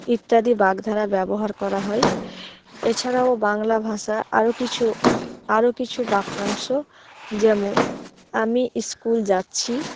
ইত্যাদি বাগধারা ব্যবহার করা হয় এছাড়াও বাংলা ভাষা আরও কিছু আরও কিছু বাক্যাংশ যেমন আমি স্কুল যাচ্ছি